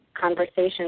conversation